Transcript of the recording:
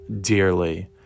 dearly